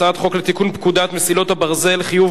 הצעת חוק לתיקון פקודת מסילות הברזל (חיוב